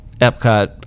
Epcot